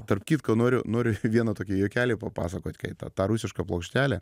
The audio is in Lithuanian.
tarp kitko noriu noriu vieną tokį juokelį papasakot kaip ta rusiška plokštelė